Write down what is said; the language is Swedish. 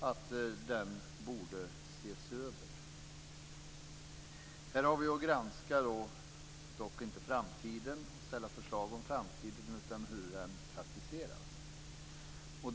Den borde ses över. Här har vi dock inte att granska framtiden och lägga fram förslag om framtiden, utan vi skall undersöka hur utnämningsmakten praktiseras.